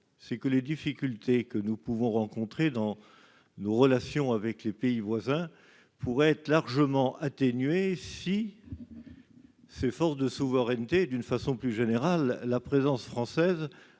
c'est que les difficultés que nous pouvons rencontrer dans nos relations avec les pays voisins pourraient être largement atténué si s'de souveraineté et d'une façon plus générale, la présence française